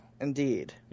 Indeed